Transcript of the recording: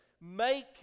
Make